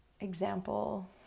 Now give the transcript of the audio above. example